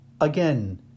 Again